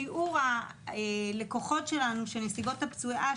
שיעור הלקוחות שלנו שנסיבות הפציעה